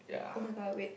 [oh]-my-god wait